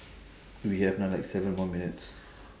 we have another like seven more minutes